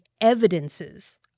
evidences